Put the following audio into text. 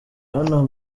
hano